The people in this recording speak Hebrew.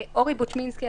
בוצמסקי,